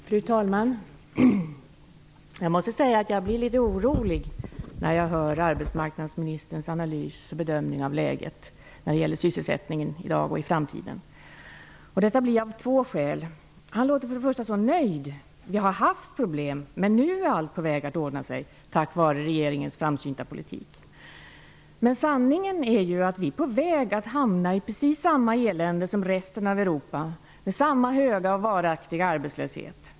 Fru talman! Jag måste säga att jag blir litet orolig när jag hör arbetsmarknadsministerns analys och bedömning av läget när det gäller sysselsättningen i dag och i framtiden. Jag blir orolig av två skäl. Första skälet är att arbetsmarknadsministern låter så nöjd. Vi har haft problem. Men nu är allt på väg att ordna sig tack vare regeringens framsynta politik. Sanningen är dock att vi är på väg att hamna i precis samma elände som resten av Europa, med samma höga och varaktiga arbetslöshet.